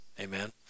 Amen